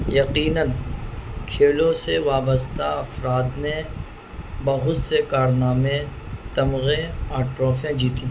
یقیناً کھیلوں سے وابستہ افراد نے بہت سے کارنامے تمغے اورٹرافیاں جیتی ہیں